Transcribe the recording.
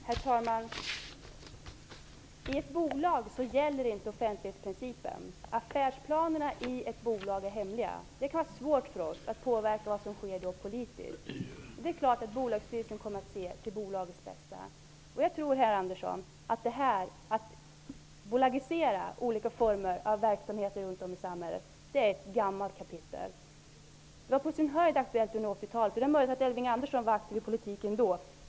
Herr talman! I ett bolag gäller inte offentlighetsprincipen. Affärsplanerna i ett bolag är hemliga. Det kan vara svårt för oss att påverka vad som sker politiskt. Det är klart att bolagsstyrelsen kommer att se till bolagets bästa. Men jag tror, herr Andersson, att bolagisering av olika former av verksamheter runt om i samhället är ett gammalt kapitel. På sin höjd var det aktuellt under 80-talet. Det är möjligt att Elving Andersson var aktiv i politiken då.